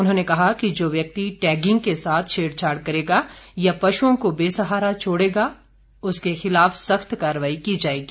उन्होंने कहा कि जो व्यक्ति टैगिंग के साथ छेड़छाड़ करेगा या पशुओं को बेसहारा छोड़ेगा उसके खिलाफ सख्त कार्रवाई की जाएगी